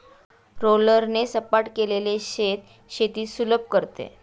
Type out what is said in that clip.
रोलरने सपाट केलेले शेत शेती सुलभ करते